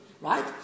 right